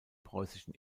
preußischen